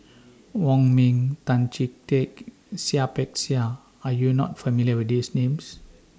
Wong Ming Tan Chee Teck and Seah Peck Seah Are YOU not familiar with These Names